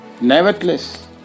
Nevertheless